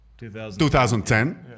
2010